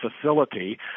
facility